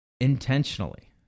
intentionally